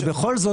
ובכל זאת,